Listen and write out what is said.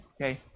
okay